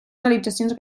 realitzacions